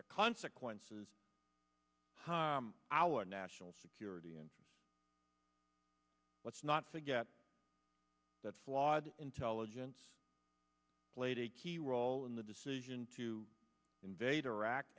the consequences harm our national security and let's not forget that flawed intelligence played a key role in the decision to invade iraq